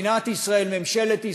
מדינת ישראל, ממשלת ישראל,